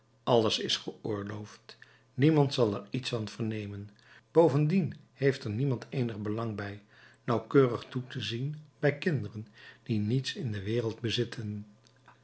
alles is geoorloofd niemand zal er iets van vernemen bovendien heeft er niemand eenig belang bij nauwkeurig toe te zien bij kinderen die niets in de wereld bezitten